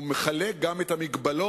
הוא מחלק גם את המגבלות